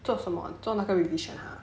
做什么做那个 revision ah